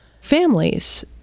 families